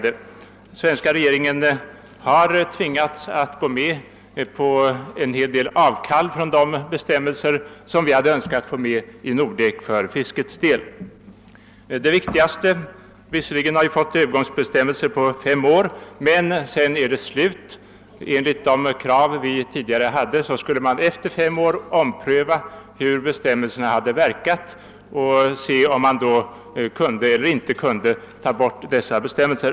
Den svenska regeringen har tvingats att gå med på att göra avkall från en hel del av de bestämmelser som vi önskade få med i Nordek för fiskets del. Visserligen har vi fått övergångsbestämmelser för fem år, men sedan är det slut. Enligt de krav vi hade tidigare skulle man efter fem år ompröva hur bestämmelserna hade verkat och se om man då kunde eller inte kunde ta bort bestämmelserna.